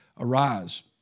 Arise